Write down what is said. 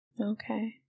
Okay